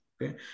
Okay